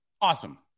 awesome